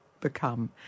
become